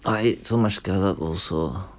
I eat so much scallop also